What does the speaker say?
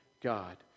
God